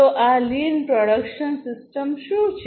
તો આ lean production system શું છે